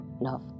love